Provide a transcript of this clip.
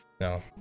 No